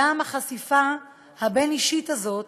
גם החשיפה הבין-אישית הזאת,